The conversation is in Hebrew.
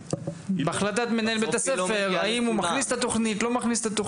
זה נתון להחלטת מנהל בית הספר אם הוא מכניס את התכנית או לא.